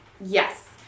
Yes